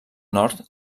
nord